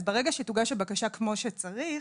אז ברגע שתוגש הבקשה כמו שצריך,